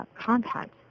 content